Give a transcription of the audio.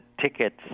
tickets